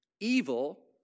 Evil